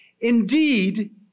Indeed